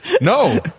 No